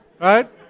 right